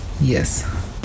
Yes